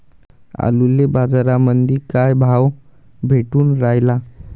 आलूले बाजारामंदी काय भाव भेटून रायला?